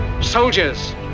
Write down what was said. soldiers